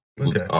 okay